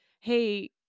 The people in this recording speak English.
hey